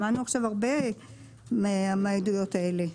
שמענו עכשיו הרבה מהעדויות האלה.